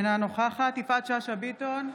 אינה נוכחת יפעת שאשא ביטון,